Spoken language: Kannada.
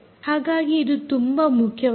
ಹಾಗಾಗಿ ಇದು ತುಂಬಾ ಮುಖ್ಯವಾಗಿದೆ